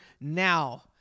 now